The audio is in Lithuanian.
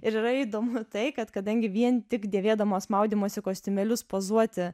ir yra įdomu tai kad kadangi vien tik dėvėdamos maudymosi kostiumėlius pozuoti